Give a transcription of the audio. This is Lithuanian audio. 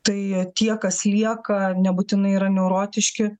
tai tie kas lieka nebūtinai yra neurotiški